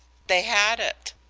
they had it.